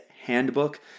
handbook